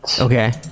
Okay